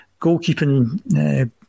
goalkeeping